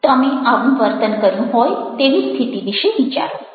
તમે આવું વર્તન કર્યું હોય તેવી સ્થિતિ વિશે વિચારો